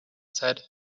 said